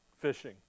fishing